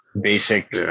basic